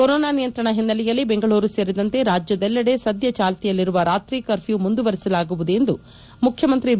corona ನಿಯಂತ್ರಣ ಹಿನ್ನೆಲೆಯಲ್ಲಿ ಬೆಂಗಳೂರು ಸೇರಿದಂತೆ ರಾಜ್ಯದಲ್ಲೆಡೆ ಸದ್ಯ ಚಾಲ್ತಿಯಲ್ಲಿರುವ ರಾತ್ರಿ ಕರ್ಮ್ಯ ಮುಂದುವರಿಸಲಾಗುವುದು ಎಂದು ಮುಖ್ಯಮಂತ್ರಿ ಬಿ